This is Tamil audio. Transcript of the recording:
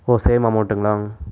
ஓ சேம் அமௌண்ட்டுங்களா